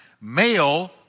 male